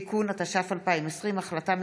(תיקון), התש"ף 2020, החלטה מס'